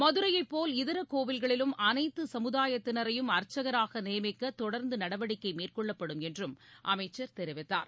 மதுரையைப் போல் இதரகோயில்களிலும் அனைத்துசமுதாயத்தினரையும் அர்ச்சகராகநியமிக்கதொடர்ந்துநடவடிக்கைமேற்கொள்ளப்படும் என்றும் அமைச்சர் தெரிவித்தார்